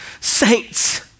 saints